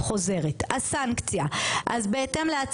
כשלח לחמך